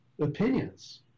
opinions